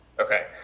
Okay